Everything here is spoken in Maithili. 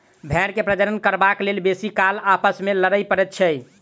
भेंड़ के प्रजनन करबाक लेल बेसी काल आपस मे लड़य पड़ैत छै